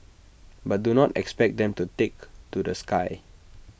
but do not expect them to take to the sky